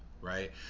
Right